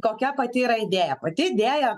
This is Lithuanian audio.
kokia pati yra idėja pati idėja